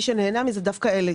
מי שנהנה מזה דווקא אלה,